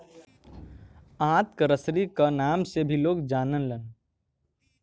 आंत क रसरी क नाम से भी लोग जानलन